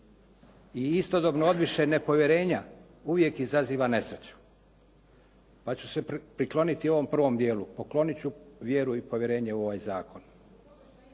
i istodobno odviše nepovjerenja uvijek izaziva nesreću, pa ću se prikloniti ovom prvom dijelu. Poklonit ću vjeru i povjerenje u ovaj zakon